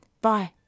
Bye